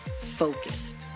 focused